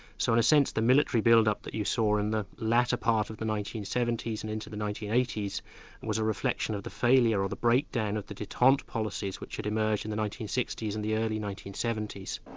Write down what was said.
so in a sense, the military build-up that you saw in the latter part of the nineteen seventy s and into the nineteen eighty s was a reflection of the failure or the breakdown of the detente policies which had emerged in the nineteen sixty s and the early nineteen seventy s.